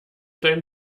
deinen